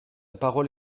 parole